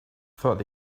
thought